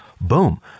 boom